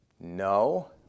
No